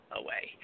away